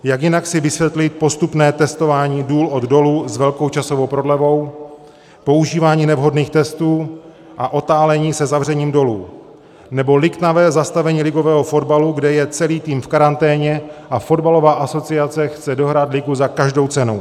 Jak jinak si vysvětlit postupné testování důl od dolu s velkou časovou prodlevou, používání nevhodných testů a otálení se zavřením dolů, nebo liknavé zastavení ligového fotbalu, kde je celý tým v karanténě a Fotbalová asociace chce dohrát ligu za každou cenu.